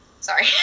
sorry